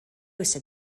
said